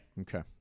Okay